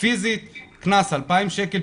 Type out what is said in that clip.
פיזית קנס 2,000 שקלים,